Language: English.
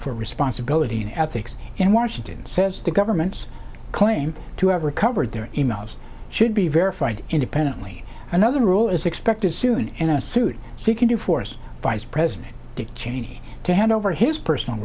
for responsibility in ethics in washington says the government's claim to have recovered their e mails should be verified independently another rule is expected soon in a suit so you can do force vice president dick cheney to hand over his personal